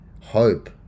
Hope